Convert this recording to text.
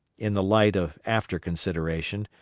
in the light of after-consideration,